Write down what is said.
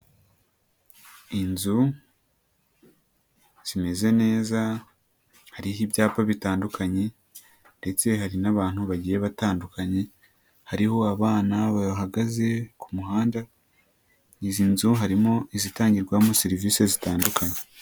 Inzu zimeze neza, hariho ibyapa bitandukanye ndetse hari n'abantu bagiye batandukanye, hariho abana bahagaze ku muhanda, izi nzu harimo izitangirwamo serivisi zitandukanye.